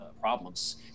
problems